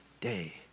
day